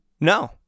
No